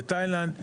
בתאילנד,